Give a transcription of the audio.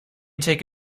take